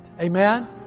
Amen